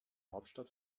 hauptstadt